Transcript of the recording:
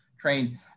train